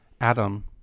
Adam